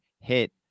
hit